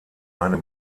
eine